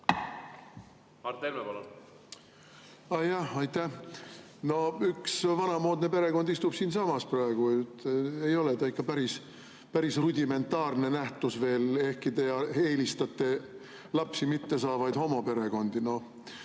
Aitäh! No üks vanamoodne perekond istub siinsamas praegu, ei ole see ikka veel päris rudimentaarne nähtus, ehkki teie eelistate lapsi mittesaavaid homoperekondi.